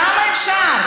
כמה אפשר?